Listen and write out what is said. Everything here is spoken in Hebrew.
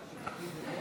היושב-ראש,